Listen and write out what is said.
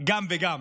גם וגם.